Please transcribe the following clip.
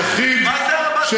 היחיד,